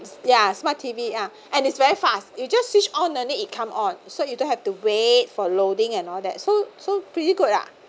yeah smart T_V ah and it's very fast you just switch on only it come on so you don't have to wait for loading and all that so so pretty good ah